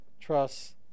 trust